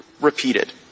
repeated